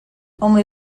only